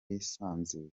yisanzuye